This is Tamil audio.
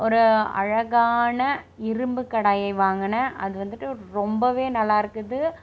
ஒரு அழகான இரும்புக் கடாயை வாங்கினேன் அது வந்துட்டு ரொம்பவே நல்லாயிருக்குது